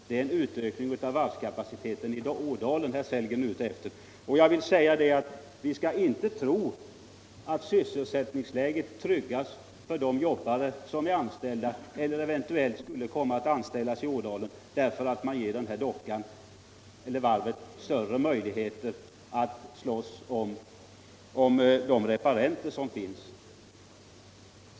Det är en utökning av varvskapaciteten i Ådalen herr Sellgren är ute efter. Och vi skall inte tro att sysselsättningen tryggas för de jobbare som är anställda eller eventuellt skulle komma att anställas i Ådalen därför att också det här varvet skall gå in och slåss om de reparenter som finns.